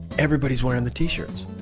everybody's wearing the t-shirts.